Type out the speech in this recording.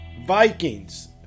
Vikings